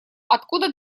откуда